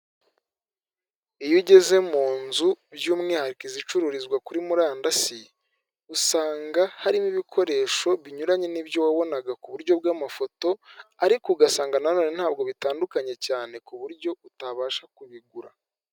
Iyo ugeze mu nzu by'umwihariko izicururizwa kuri murandasi usanga harimo ibikoresho binyuranye n'ibyo wabonaga ku buryo bw'amafoto ariko ugasanga nanone ntabwo bitandukanye cyane ku buryo utabasha kubigura.